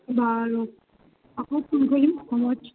বাৰু আকৌ ফোন কৰিম সময়ত